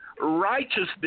Righteousness